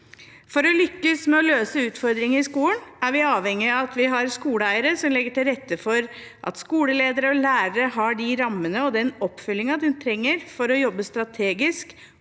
For å lykkes med å løse utfordringer i skolen er vi avhengig av at vi har skoleeiere som legger til rette for at skoleledere og lærere har de rammene og den oppfølgingen de trenger for å jobbe